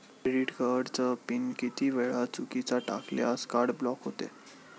Credit कार्डचा pin किती वेळा चुकीचा टाकल्यास कार्ड ब्लॉक होते?